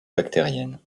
bactérienne